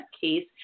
case